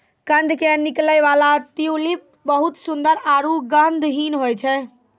कंद के निकलै वाला ट्यूलिप बहुत सुंदर आरो गंधहीन होय छै